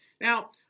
Now